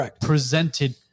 presented